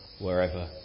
wherever